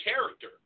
character